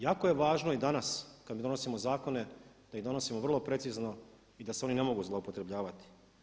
Jako je važno i danas kad mi donosimo zakone da ih donosimo vrlo precizno i da se oni ne mogu zloupotrebljavati.